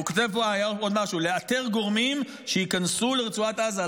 הוא כותב פה עוד משהו: לאתר גורמים שייכנסו לרצועת עזה,